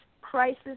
crisis